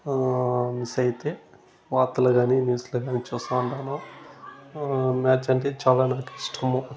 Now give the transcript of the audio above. miss అయితే వార్తలు కానీ న్యూస్లో కానీ చూస్తూ ఉంటాను మ్యాచ్ అంటే చాలా నాకిష్టము